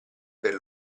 per